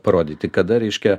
parodyti kada reiškia